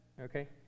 Okay